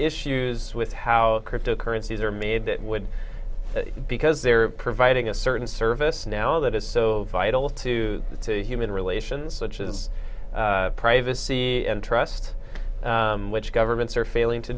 issues with how krista currencies are made that would because they're providing a certain service now that is so vital to the to human relations such as privacy and trust which governments are failing to